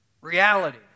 reality